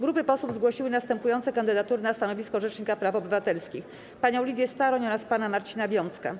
Grupy posłów zgłosiły następujące kandydatury na stanowisko rzecznika praw obywatelskich: panią Lidię Staroń oraz pana Marcina Wiącka.